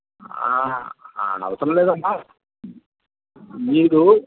ఆ అవసరంలేదమ్మా మీరు